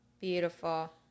Beautiful